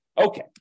Okay